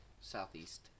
Southeast